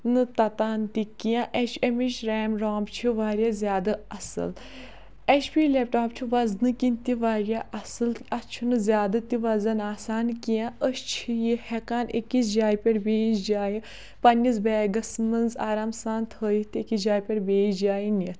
نہٕ تَتان تہِ کینٛہہ اَسہِ چھِ اَمِچ ریم رام چھِ واریاہ زیادٕ اَصٕل اٮ۪چ پی لیپٹاپ چھُ وَزنہٕ کِنۍ تہِ واریاہ اَصٕل اَتھ چھُنہٕ زیادٕ تہِ وَزَن آسان کینٛہہ أسۍ چھِ یہِ ہٮ۪کان أکِس جایہِ پٮ۪ٹھ بیٚیِس جایہِ پنٛنِس بیگَس منٛز آرام سان تھٲیِتھ تہٕ أکِس جایہِ پٮ۪ٹھ بیٚیہِ جایہِ نِتھ